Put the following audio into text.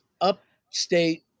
upstate